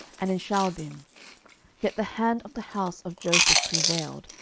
and in shaalbim yet the hand of the house of joseph prevailed,